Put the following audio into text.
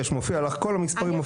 יש, כל המספרים מופיעים.